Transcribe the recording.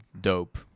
Dope